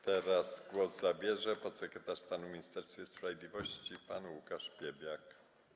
Teraz głos zabierze podsekretarz stanu w Ministerstwie Sprawiedliwości pan Łukasz Piebiak.